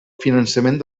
finançament